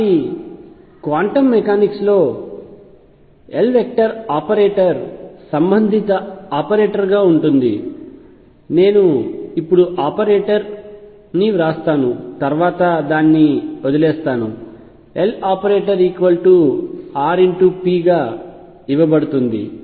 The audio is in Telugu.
కాబట్టి క్వాంటం మెకానిక్స్ లో Loperator సంబంధిత ఆపరేటర్ గా ఉంటుంది నేను ఇప్పుడు ఆపరేటర్ని వ్రాస్తాను తర్వాత దాన్ని వదిలేస్తాను అది Loperator rp గా ఇవ్వబడుతుంది